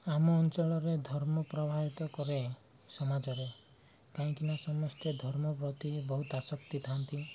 ଆମ ଅଞ୍ଚଳରେ ଧର୍ମ ପ୍ରବାହିିତ କରେ ସମାଜରେ କାହିଁକିନା ସମସ୍ତେ ଧର୍ମ ପ୍ରତି ବହୁତ ଆଶକ୍ତି ଥାନ୍ତି